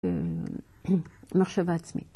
מחשבה עצמית.